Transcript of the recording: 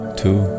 two